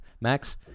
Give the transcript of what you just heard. Max